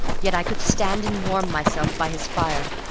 yet i could stand and warm myself by his fire,